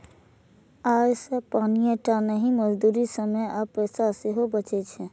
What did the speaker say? अय से पानिये टा नहि, मजदूरी, समय आ पैसा सेहो बचै छै